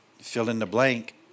fill-in-the-blank